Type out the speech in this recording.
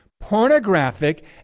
Pornographic